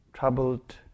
Troubled